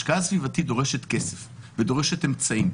השקעה סביבתית דורשת כסף ודורשת אמצעים,